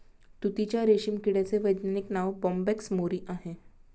तुतीच्या रेशीम किड्याचे वैज्ञानिक नाव बोंबॅक्स मोरी आहे